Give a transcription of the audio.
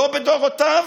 לא בדורותיו